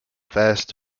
fast